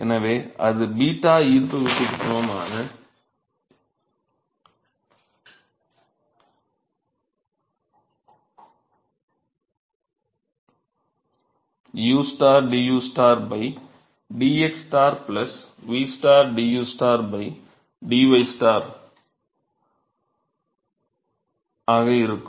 எனவே அது 𝞫 ஈர்ப்பு விசைக்கு சமமான u du dx v du dy ஆக இருக்கும்